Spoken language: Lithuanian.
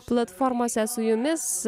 platformose su jumis